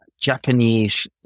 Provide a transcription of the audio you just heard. Japanese